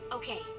Okay